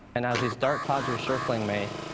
and as these dark clouds were circling me,